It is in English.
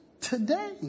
today